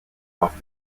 off